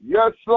Yes